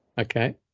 okay